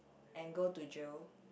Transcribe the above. and go to jail